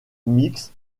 mixtes